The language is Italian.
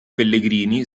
pellegrini